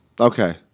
Okay